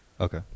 okay